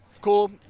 Cool